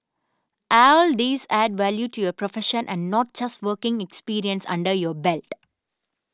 all these add value to your profession and not just working experience under your belt